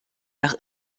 nach